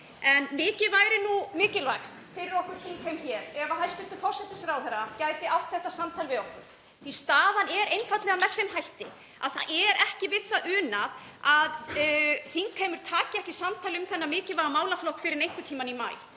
en mikið væri nú mikilvægt fyrir okkur þingheim ef hæstv. forsætisráðherra gæti átt þetta samtal við okkur. Staðan er einfaldlega með þeim hætti að það er ekki við það unað að þingheimur taki ekki samtal um þennan mikilvæga málaflokk fyrr en einhvern tímann í maí.